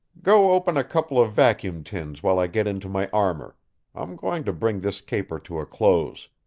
go open a couple of vacuum tins while i get into my armor i'm going to bring this caper to a close.